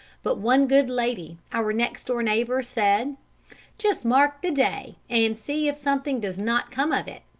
but one good lady, our next-door neighbour, said just mark the day, and see if something does not come of it.